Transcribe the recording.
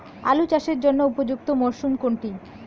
আলু চাষের জন্য উপযুক্ত মরশুম কোনটি?